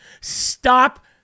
Stop